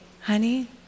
Honey